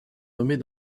nommés